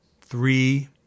three